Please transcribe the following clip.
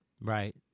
Right